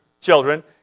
children